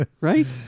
Right